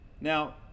Now